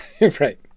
Right